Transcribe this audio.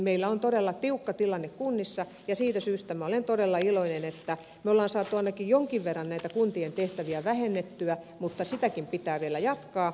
meillä on todella tiukka tilanne kunnissa ja siitä syystä minä olen todella iloinen että me olemme saaneet ainakin jonkin verran näitä kuntien tehtäviä vähennettyä mutta sitäkin pitää vielä jatkaa